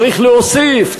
צריך להוסיף,